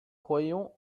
croyons